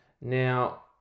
Now